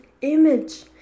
image